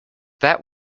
that